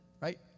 right